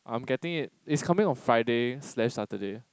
I am getting it it's coming on Friday slash Saturday